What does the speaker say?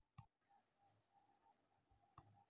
ಹತ್ತಿ ಒಳಗ ಹೂವು ಉದುರ್ ಬಾರದು ಅಂದ್ರ ಯಾವ ಕೆಮಿಕಲ್ ಹೊಡಿಬೇಕು?